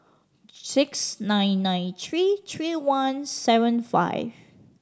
six nine nine three three one seven five